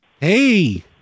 Hey